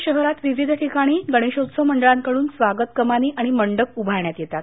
त्यामुळे शहरात विविध ठिकाणी गणेशोत्सव मंडळांकडून स्वागत कमानी आणि मंडप उभारण्यात येतात